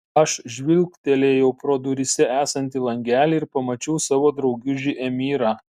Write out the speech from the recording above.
aš žvilgtelėjau pro duryse esantį langelį ir pamačiau savo draugužį emyrą